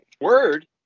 Word